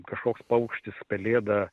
kažkoks paukštis pelėda